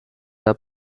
are